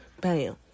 bam